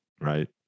right